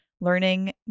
learning